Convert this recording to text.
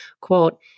quote